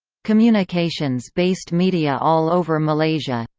communications based media all over malaysia.